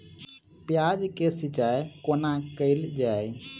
प्याज केँ सिचाई कोना कैल जाए?